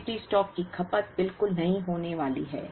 safety stock की खपत बिल्कुल नहीं होने वाली है